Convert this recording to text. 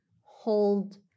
hold